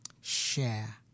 share